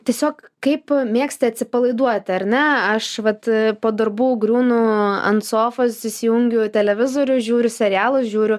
tiesiog kaip mėgsti atsipalaiduoti ar ne aš vat po darbų griūnu ant sofos įsijungiu televizorių žiūriu serialus žiūriu